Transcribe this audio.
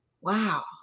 Wow